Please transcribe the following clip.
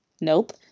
nope